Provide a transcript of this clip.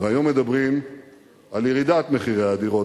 והיום מדברים על ירידת מחירי הדירות,